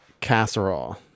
casserole